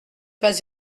pas